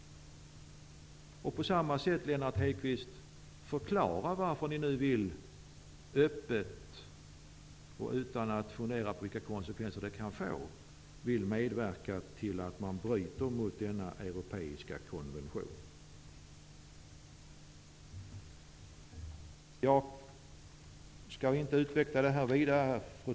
Jag vill att Lennart Hedquist förklarar varför man nu öppet och utan att fundera över vilka konsekvenser det kan få vill medverka till att bryta mot denna europeiska konvention. Fru talman! Jag skall inte utveckla det här vidare.